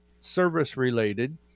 service-related